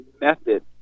method